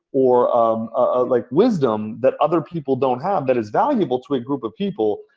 or um ah like wisdom that other people don't have that is valuable to a group of people,